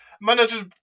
Manager's